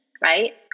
right